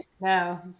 no